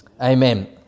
Amen